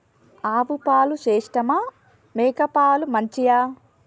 ఆవు పాలు శ్రేష్టమా మేక పాలు మంచియా?